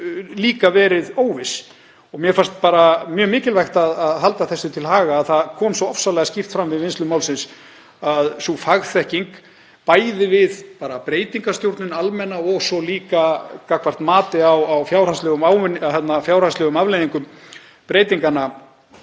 alltaf verið óviss. Mér fannst mjög mikilvægt að halda því til haga að það kom svo ofsalega skýrt fram við vinnslu málsins að sú fagþekking, bæði við almenna breytingastjórnun og svo líka gagnvart mati á fjárhagslegum afleiðingum breytinganna,